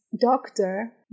doctor